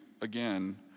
again